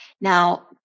Now